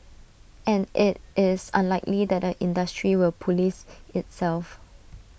and IT is unlikely that the industry will Police itself